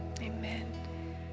Amen